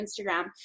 Instagram